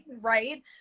right